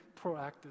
proactive